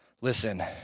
listen